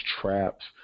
traps